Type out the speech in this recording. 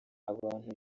abantu